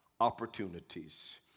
opportunities